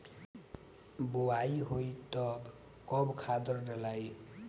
बोआई होई तब कब खादार डालाई?